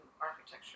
architecture